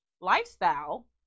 lifestyle